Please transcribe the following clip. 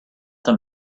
them